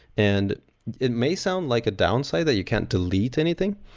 and it may sound like a downside that you can't delete anything,